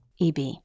EB